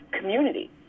community